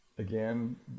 Again